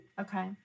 Okay